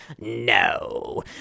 no